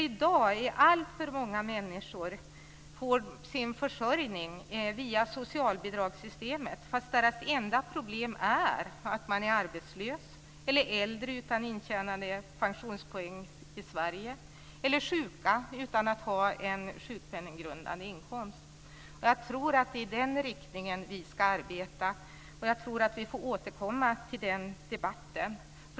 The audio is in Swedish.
I dag får alltför många sin försörjning via socialbidragssystemet fastän deras enda problem är att de är arbetslösa, äldre utan intjänade pensionspoäng i Sverige eller sjuka utan att ha en sjukpenninggrundande inkomst. Jag tror att det är i den riktningen vi ska arbeta. Vi får återkomma till den debatten.